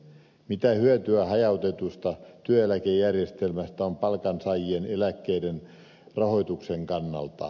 mitä hyötyä hajautetusta työeläkejärjestelmästä on palkansaajien eläkkeiden rahoituksen kannalta